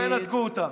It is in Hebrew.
ולא ינתקו אותם.